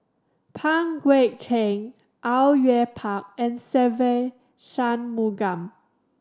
Pang Guek Cheng Au Yue Pak and Se Ve Shanmugam